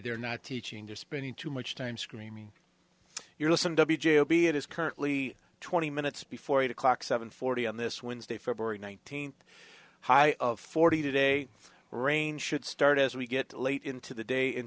they're not teaching to spending too much time screaming you're listening to the j o b it is currently twenty minutes before eight o'clock seven forty on this wednesday february nineteenth high of forty today rain should start as we get late into the day